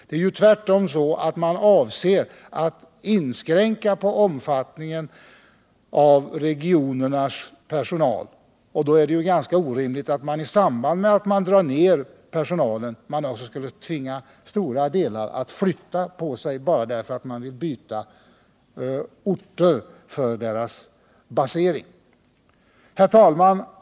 Det är tvärtom så att man avser att inskränka omfattningen av regionernas personal, och då är det ganska orimligt att man i samband med att dra in personal också skulle tvinga stora delar att flytta bara för att man vill byta orter för deras basering. Herr talman!